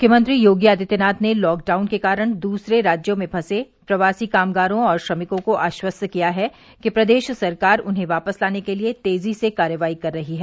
मुख्यमंत्री योगी आदित्यनाथ ने लॉकडाउन के कारण दूसरे राज्यों में फंसे प्रवासी कामगारों और श्रमिकों को आश्वस्त किया है कि प्रदेश सरकार उन्हें वापस लाने के लिए तेजी से कार्रवाई कर रही है